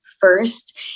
first